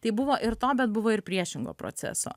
tai buvo ir to bet buvo ir priešingo proceso